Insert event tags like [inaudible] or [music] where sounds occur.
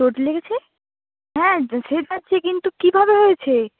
চোট লেগেছে হ্যাঁ [unintelligible] সে যাচ্ছি কিন্তু কীভাবে হয়েছে